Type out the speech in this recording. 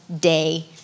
day